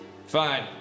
fine